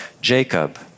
Jacob